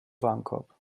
warenkorb